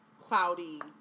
cloudy